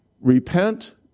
Repent